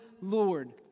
Lord